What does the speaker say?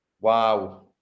Wow